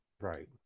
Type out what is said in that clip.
Right